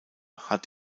hat